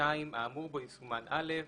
"(2)האמור בו יסומן "(א)",